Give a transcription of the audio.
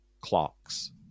Clocks